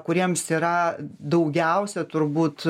kuriems yra daugiausia turbūt